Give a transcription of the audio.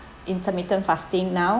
intermittent fasting now